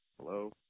Hello